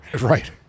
Right